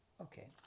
Okay